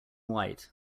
white